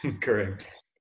correct